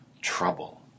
trouble